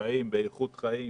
חיים באיכות חיים